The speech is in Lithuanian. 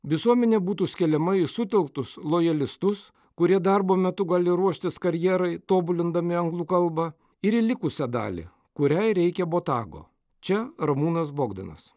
visuomenė būtų skeliama į sutelktus lojalistus kurie darbo metu gali ruoštis karjerai tobulindami anglų kalbą ir į likusią dalį kuriai reikia botago čia ramūnas bogdanas